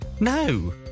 No